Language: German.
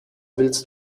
willst